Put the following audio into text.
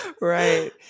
Right